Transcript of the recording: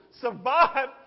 survive